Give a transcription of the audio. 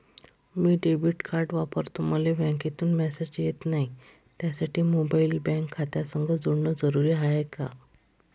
मी debit card वापरतो मले बँकेतून मॅसेज येत नाही, त्यासाठी मोबाईल बँक खात्यासंग जोडनं जरुरी हाय का?